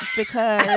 because